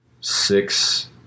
six